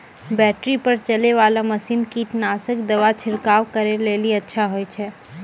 Battery पर चलै वाला मसीन कीटनासक दवा छिड़काव करै लेली अच्छा होय छै?